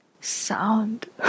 sound